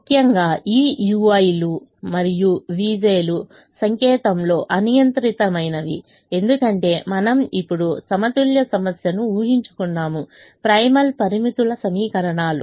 ముఖ్యంగా ఈ ui లు మరియు vj లు సంకేతంలో అనియంత్రితమైనవి ఎందుకంటే మనం ఇప్పుడు సమతుల్య సమస్యను ఊహించుకున్నాము ప్రైమల్ పరిమితులు సమీకరణాలు